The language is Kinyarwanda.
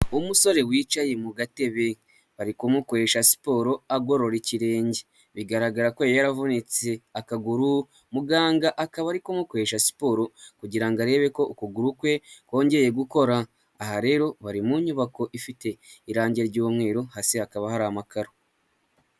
Umusore wicaye mu gatebe bari kumukoresha siporo agorora ikirenge, bigaragara ko yari yaravunitse akaguru, muganga akaba ari kumukoresha siporo kugira ngo arebe ko ukuguru kwe kongeye gukora. Aha rero bari mu nyubako ifite irangi ry'umweru hasi hakaba hari amakaro.